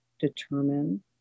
determine